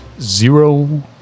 Zero